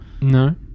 No